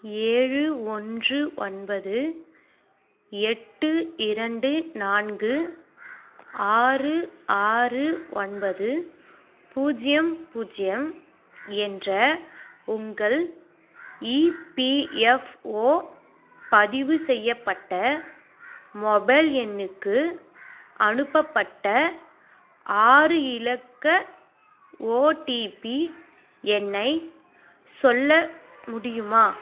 ஏழு ஒன்று ஒன்பது எட்டு இரண்டு நான்கு ஆறு ஆறு ஒன்பது பூஜ்ஜியம் பூஜ்ஜியம் என்ற உங்கள் இபிஎஃப்ஒ பதிவு செய்யப்பட்ட மொபைல் எண்ணுக்கு அனுப்பப்பட்ட ஆறு இலக்க ஓடிபி எண்ணை சொல்ல முடியுமா